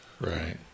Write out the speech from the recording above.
Right